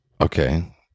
okay